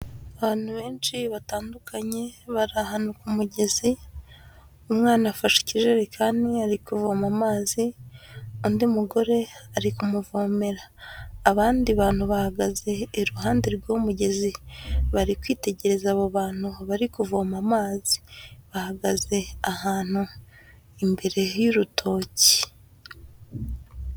Abantu benshi batandukanye bari ahantu umugezi, umwana afashe ikijerekani ari kuvoma amazi. undi mugore ari kumuvomera. Abandi bantu bahagaze iruhande rw'uwo mugezi, bari kwitegereza abo bantu bari kuvoma amazi. Bahagaze ahantu imbere y'urutoki.